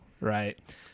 right